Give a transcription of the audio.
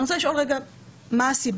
אני רוצה לשאול, מה הסיבה?